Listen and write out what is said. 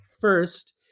First